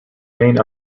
main